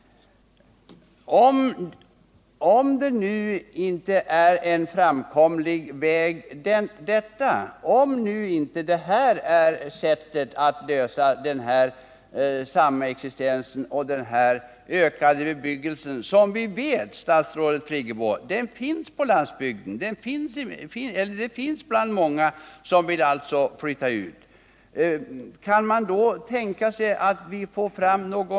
Om nu inte det här är en framkomlig väg för att lösa samexistensen och problemen när det gäller den ökade bebyggelsen som vi, statsrådet Friggebo, vet finns på landsbygden för många som vill flytta ut, kan man då tänka sig någon annan lösning?